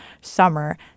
summer